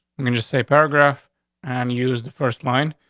i mean just say paragraph and use the first line.